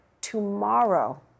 tomorrow